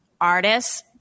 artists